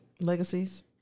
Legacies